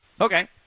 Okay